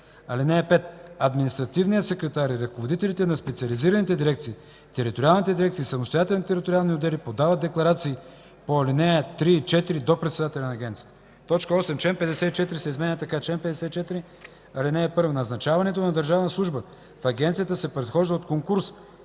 (5) Административният секретар и ръководителите на специализираните дирекции, териториалните дирекции, самостоятелните териториални отдели подават декларации по ал. 3 и 4 до председателя на агенцията“. 8. Член 54 се изменя така: „Чл. 54. (1) Назначаването на държавна служба в агенцията се предхожда от конкурс,